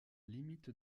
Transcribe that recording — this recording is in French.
limite